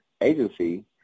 agency